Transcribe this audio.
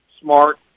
smart